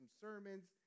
sermons